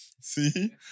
See